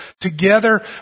together